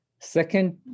Second